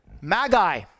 magi